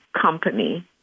company